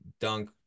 dunk